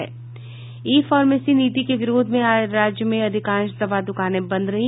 ई pharmacy नीति के विरोध में आज राज्य में अधिकांश दवा द्रकानें बंद रहीं